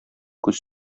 күз